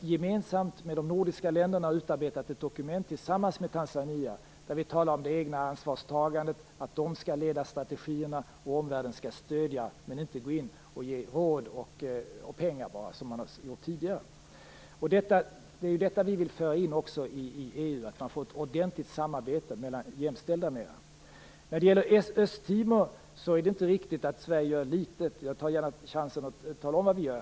De nordiska länderna gemensamt har tillsammans med Tanzania utarbetat ett dokument där vi talar om det egna ansvarstagandet, om att de skall leda strategierna och om att omvärlden skall stödja och inte bara gå in och ge råd och pengar som tidigare. Det är det vi vill föra in också i EU, så att vi får ett ordentligt samarbete mellan jämställda länder. När det gäller Östtimor är det inte riktigt att Sverige gör litet. Jag tar gärna chansen att här tala om vad vi gör.